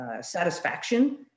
satisfaction